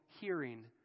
hearing